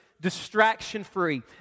distraction-free